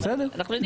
אני אומר שוב,